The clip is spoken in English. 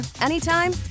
anytime